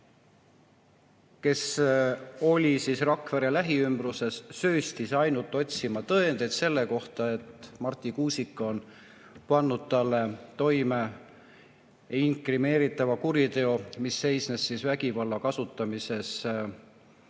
kes oli Rakvere lähiümbruses, sööstis otsima tõendeid selle kohta, et Marti Kuusik on pannud toime talle inkrimineeritud kuriteo, mis seisnes vägivalla kasutamises